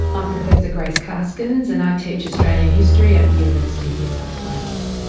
i'm professor grace karskens and i teach australian history at the university of new south wales.